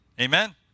Amen